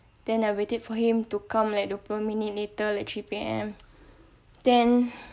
then I waited for him to come like dua puluh minit later like three P_M then